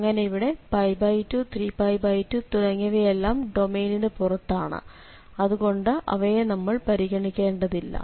അങ്ങനെ ഇവിടെ 2 3π2 തുടങ്ങിയവയെല്ലാം ഡൊമെയ്നിനു പുറത്താണ് അതുകൊണ്ട് അവയെ നമ്മൾ പരിഗണിക്കേണ്ടതില്ല